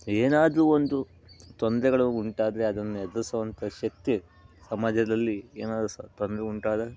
ಏನಾದರೂ ಒಂದು ತೊಂದರೆಗಳು ಉಂಟಾದರೆ ಅದನ್ನ ಎದುರಿಸೋವಂಥ ಶಕ್ತಿ ಸಮಾಜದಲ್ಲಿ ಏನಾದರೂ ಸ ತೊಂದರೆ ಉಂಟಾದ